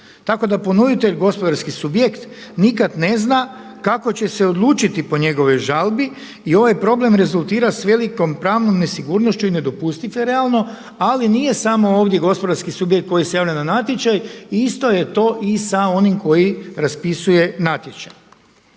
tako da ponuditelj gospodarski subjekt nikad ne zna kako će se odlučiti po njegovoj žalbi i ovaj problem rezultira s velikom pravnom nesigurnošću i nedopustiv je realno, ali nije samo ovdje gospodarski subjekt koji se javlja na natječaj i isto je to i sa onim koji raspisuje natječaj.